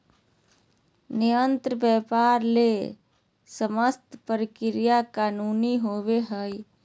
निर्यात व्यापार ले समस्त प्रक्रिया कानूनी होबो हइ